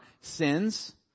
sins